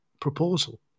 proposal